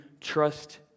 trust